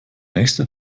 nächste